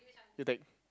you take